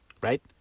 Right